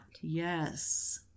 Yes